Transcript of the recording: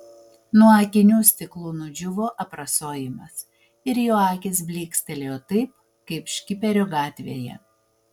nuo akinių stiklų nudžiūvo aprasojimas ir jo akys blykstelėjo taip kaip škiperio gatvėje